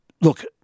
look